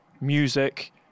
music